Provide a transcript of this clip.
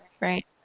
right